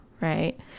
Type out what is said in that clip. right